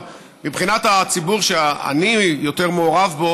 אבל מבחינת הציבור שאני יותר מעורב בו,